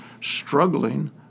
struggling